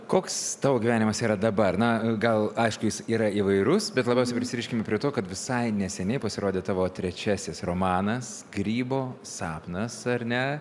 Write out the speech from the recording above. koks tavo gyvenimas yra dabar na gal aišku jis yra įvairus bet labiausiai prisiriškime prie to kad visai neseniai pasirodė tavo trečiasis romanas grybo sapnas ar ne